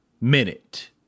minute